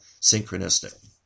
synchronistic